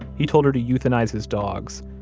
he told her to euthanize his dogs.